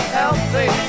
healthy